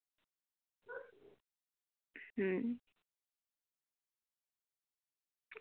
अं